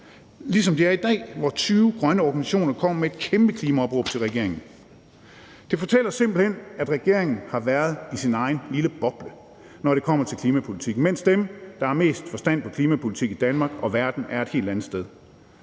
ligesom de er i dag, hvor 20 grønne organisationer kommer med et kæmpe klimaopråb til regeringen. Det fortæller simpelt hen, at regeringen har været i sin egen lille boble, når det kommer til klimapolitikken, mens dem, der har mest forstand på klimapolitik i Danmark og verden, er et helt andet sted.